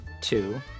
Two